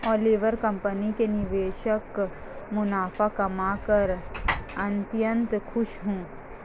Oliver company के निवेशक मुनाफा कमाकर अत्यंत खुश हैं